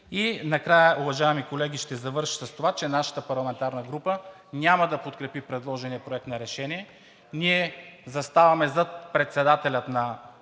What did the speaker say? И накрая, уважаеми колеги, ще завърша с това, че нашата парламентарна група няма да подкрепи предложения проект на решение. Ние заставаме зад заместник-председателя на